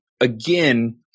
again